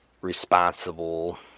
responsible